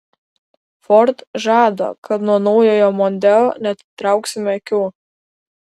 ford žada kad nuo naujojo mondeo neatitrauksime akių